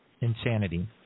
insanity